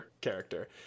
character